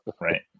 Right